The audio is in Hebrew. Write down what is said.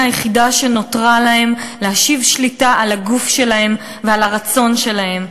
היחידה שנותרה להם: להשיב שליטה על הגוף שלהם ועל הרצון שלהם.